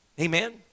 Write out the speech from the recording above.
amen